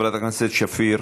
חברת הכנסת שפיר,